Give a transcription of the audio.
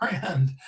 brand